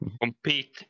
Compete